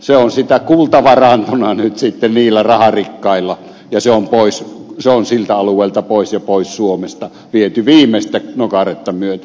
se on nyt sitten kultavarantona niillä raharikkailla ja se on siltä alueelta pois ja pois suomesta viety viimeistä nokaretta myöten